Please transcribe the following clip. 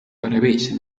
barabeshya